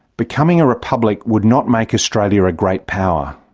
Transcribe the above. becoming a republic would not make australia a great power.